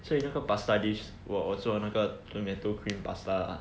所以那个 pasta dish 我做那个 tomato cream pasta lah